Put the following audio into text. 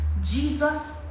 jesus